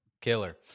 Killer